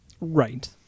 right